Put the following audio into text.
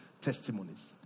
testimonies